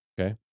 okay